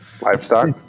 Livestock